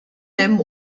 hemm